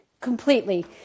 completely